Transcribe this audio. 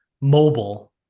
mobile